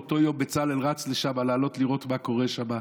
באותו יום בצלאל רץ לשם לעלות לראות מה קורה שם,